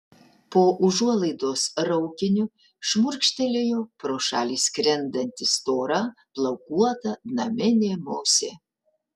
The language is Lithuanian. po užuolaidos raukiniu šmurkštelėjo pro šalį skrendanti stora plaukuota naminė musė